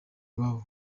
iwabo